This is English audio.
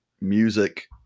music